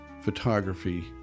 Photography